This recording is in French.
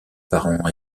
parent